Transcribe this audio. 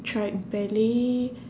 tried ballet